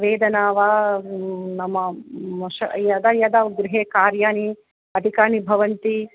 वेदना वा नाम मश यदा यदा गृहे कार्याणि अधिकानि भवन्ति